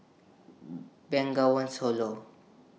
Bengawan Solo